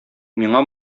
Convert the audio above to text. миңа